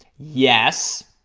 yes,